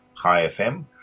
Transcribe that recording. HiFM